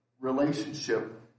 relationship